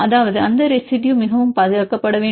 அதாவது அந்த ரெசிடுயு மிகவும் பாதுகாக்கப்பட வேண்டும்